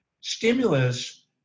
stimulus